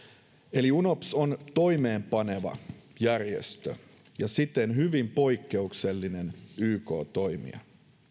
eli unops on toimeenpaneva järjestö ja siten hyvin poikkeuksellinen yk toimija